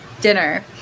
dinner